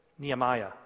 Nehemiah